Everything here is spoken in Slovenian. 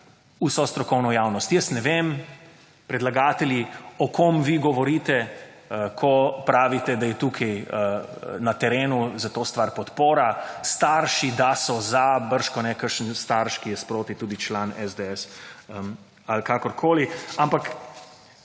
vso strokovno javnost. Jaz ne vem, predlagatelji, o kom vi govorite, ko pravite, da je tukaj na terenu za to stvar podpora, starši, da so za bržkone kakšen starš, ki je sproti tudi član SDS ali kakorkoli, ampak